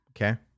okay